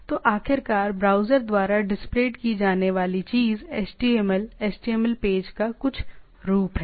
तो आखिरकार ब्राउज़र द्वारा डिस्प्लेड की जाने वाली चीज़ HTML HTML पेज का कुछ रूप है